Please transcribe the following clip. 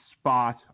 spot